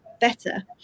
better